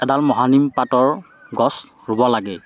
এডাল মহানিম পাতৰ গছ ৰুব লাগে